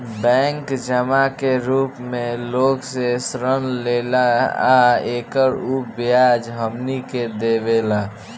bank जमा के रूप मे लोग से ऋण लेला आ एकर उ ब्याज हमनी के देवेला